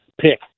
pick